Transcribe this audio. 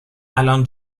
الان